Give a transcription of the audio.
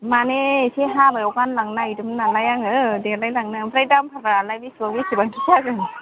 मानि एसे हाबायाव गानलांनो नागिरदोंमोन नालाय आङो देलायलांनो ओमफ्राय दामफोरालाय बेसेबां बेसेबांथो जागोन